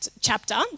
chapter